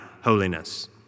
holiness